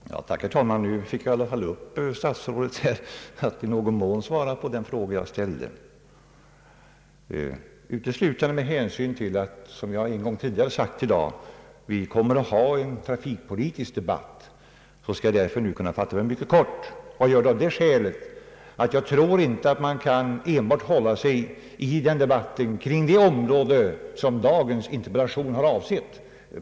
Herr talman! Tack, herr statsråd, ty nu fick jag i alla fall statsrådet att i någon mån svara på den fråga jag ställde! Uteslutande med hänsyn till att vi — som jag sagt en gång tidigare i dag — längre fram kommer att ha en trafikpolitisk debatt, kan jag nu fatta mig mycket kort. Jag tror inte att man i den debatten kan hålla sig enbart till det område som dagens interpellationsdebatt har avsett.